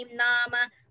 nama